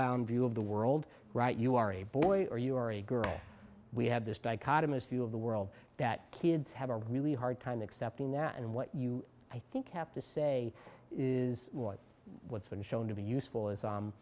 bound view of the world right you are a boy or you are a girl we have this dichotomous view of the world that kids have a really hard time accepting that and what you i think have to say is what's been shown to be useful is